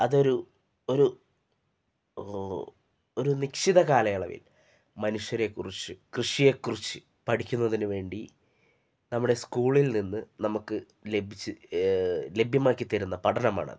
അതൊരു ഒരു ഒരു നിശ്ചിത കാലയളവിൽ മനുഷ്യരെക്കുറിച്ച് കൃഷിയെക്കുറിച്ച് പഠിക്കുന്നതിനു വേണ്ടി നമ്മുടെ സ്കൂളിൽ നിന്ന് നമുക്ക് ലഭിച്ച് ലഭ്യമാക്കി തരുന്ന പഠനമാണത്